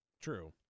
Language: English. True